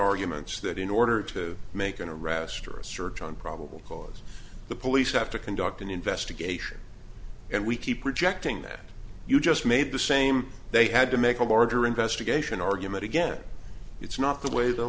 arguments that in order to make in a restaurant search on probable cause the police have to conduct an investigation and we keep rejecting that you just made the same they had to make a border investigation argument again it's not the way the